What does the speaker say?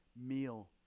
meal